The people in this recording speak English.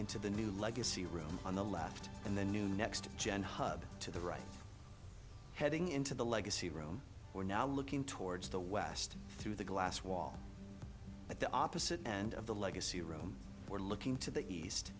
into the new legacy room on the left and the new next gen hub to the right heading into the legacy room we're now looking towards the west through the glass wall at the opposite end of the legacy room we're looking to the east